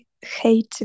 hate